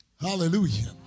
Hallelujah